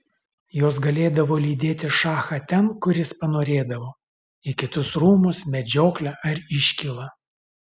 jos galėdavo lydėti šachą ten kur jis panorėdavo į kitus rūmus medžioklę ar iškylą